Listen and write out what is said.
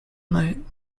night